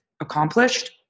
accomplished